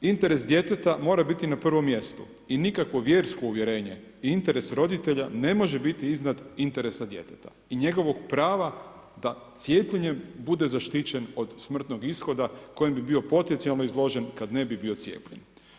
Interes djeteta mora biti na prvom mjestu i nikakvo vjersko uvjerenje i interes roditelja ne može biti iznad interesa djeteta i njegovog prava da cijepljenjem bude zaštićen od smrtnog ishoda kojem bi bio potencijalno izložen kada ne bi bio cijepljen.